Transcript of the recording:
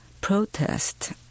protest